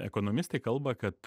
ekonomistai kalba kad